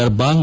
Darbhanga